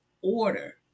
order